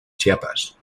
chiapas